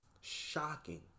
Shocking